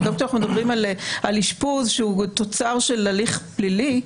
על אשפוז שהוא תוצר של הליך פלילי,